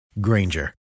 Granger